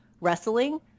wrestling